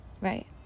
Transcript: right